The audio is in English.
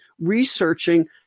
researching